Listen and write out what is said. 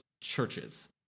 churches